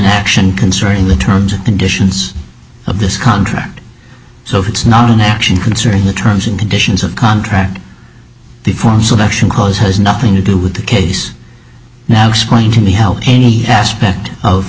action concerning the terms and conditions of this contract so it's not an action concerning the terms and conditions of contract the form selection cause has nothing to do with the case now explain to me help any aspect of